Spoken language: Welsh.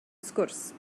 sgwrs